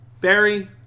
Barry